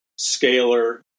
scalar